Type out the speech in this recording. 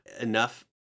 enough